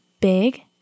big